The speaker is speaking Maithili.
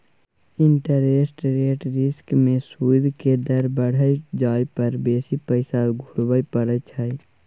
इंटरेस्ट रेट रिस्क में सूइद के दर बइढ़ जाइ पर बेशी पैसा घुरबइ पड़इ छइ